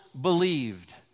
believed